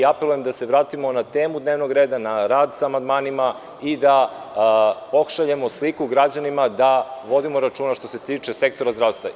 Apelujem da se vratimo na temu dnevnog reda, na rad sa amandmanima i da pošaljemo sliku građanima da vodimo računa o sektoru zdravstva.